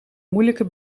moeilijke